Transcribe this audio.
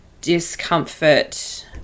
discomfort